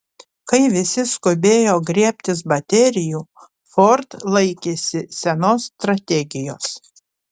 kai visi skubėjo griebtis baterijų ford laikėsi senos strategijos